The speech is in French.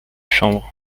chambre